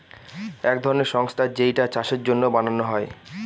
এক ধরনের সংস্থা যেইটা চাষের জন্য বানানো হয়